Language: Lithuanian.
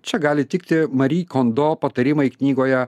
čia gali tikti mari kondo patarimai knygoje